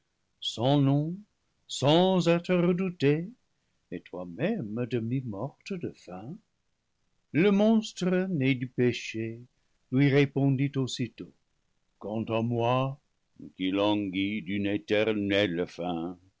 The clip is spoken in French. sans noms sans être redoutés et toi-même à demi morte de faim le monstre né du péché lui répondit aussitôt quant à moi qui languis d'une éternelle faim